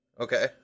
okay